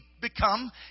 become